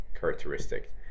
characteristic